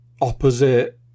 opposite